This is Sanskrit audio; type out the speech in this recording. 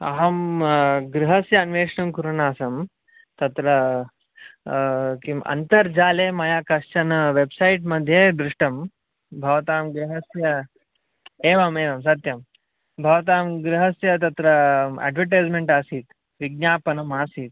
अहं गृहस्य अन्वेषणं कुर्वन् आसं तत्र किम् अन्तर्जाले मया कश्चन वेब्सैट् मध्ये दृष्टं भवतां गृहस्य एवम् एवं सत्यं भवतां गृहस्य तत्र एड्वर्टैज्मेण्ट् आसीत् विज्ञापनम् आसीत्